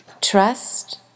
trust